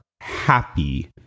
happy